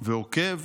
ועוקב